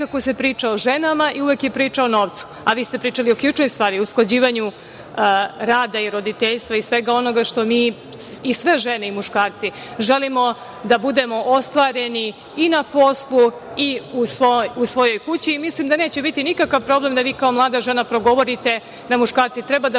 nekako se priča o ženama i uvek je priča o novcu, a vi ste pričali o ključnoj stvari – usklađivanju rada i roditeljstva i svega onoga što mi i sve žene i muškarci želimo, da budemo ostvareni i na poslu i u svojoj kući. Mislim da neće biti nikakav problem da vi kao mlada žena progovorite da muškarci treba da